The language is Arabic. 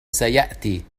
سيأتي